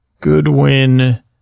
Goodwin